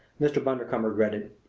mr. bundercombe regretted.